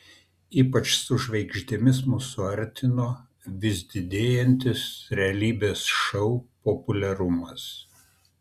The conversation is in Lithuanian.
ypač su žvaigždėmis mus suartino vis didėjantis realybės šou populiarumas